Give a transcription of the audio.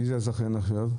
מי הוא הזכיין עכשיו?